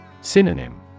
Synonym